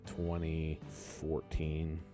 2014